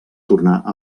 tornar